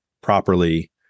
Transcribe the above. properly